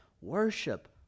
worship